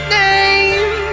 name